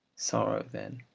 sorrow, then,